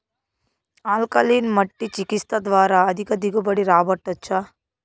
alkaline మట్టి చికిత్స ద్వారా అధిక దిగుబడి రాబట్టొచ్చా